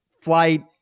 flight